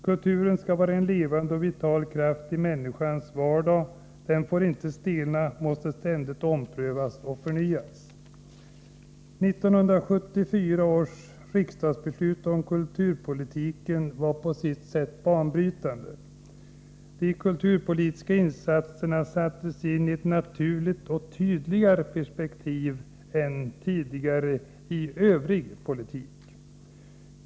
Kulturen skall vara en levande och vital kraft i människans vardag. Den får inte stelna. Den måste ständigt omprövas och förnyas. 1974 års riksdagsbeslut om kulturpolitiken var på sitt sätt banbrytande. De kulturpolitiska åtgärderna sattes in i ett naturligt och tydligare perspektiv än tidigare i övrig politik.